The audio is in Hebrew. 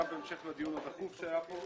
גם בהמשך לדיון הדחוף שהיה כאן